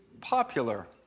popular